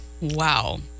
Wow